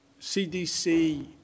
CDC